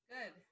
Good